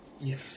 Yes